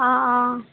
অঁ অঁ